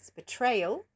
Betrayal